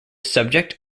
subject